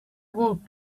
walked